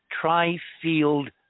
tri-field